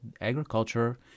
agriculture